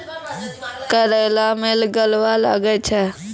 करेला मैं गलवा लागे छ?